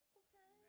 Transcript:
okay